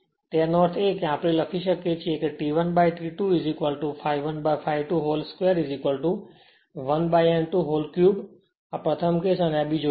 તેનો અર્થ એ કે આપણે લખી શકીએ છીએ કે T1 by T2 ∅1by ∅2whole square 1 by n2 whole 3 આ પ્રથમ કેસ અને આ બીજો કેસ